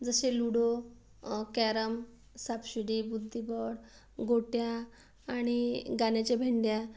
जसे ludo carrom सापशिडी बुद्धिबळ गोट्या आणि गाण्याच्या भेंड्या